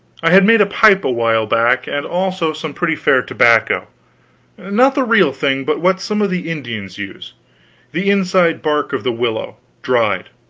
i had made a pipe a while back, and also some pretty fair tobacco not the real thing, but what some of the indians use the inside bark of the willow, dried.